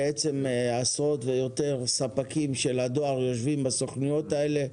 עשרות ויותר ספקים של הדואר יושבים בסוכנויות האלה.